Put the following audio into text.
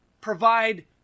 provide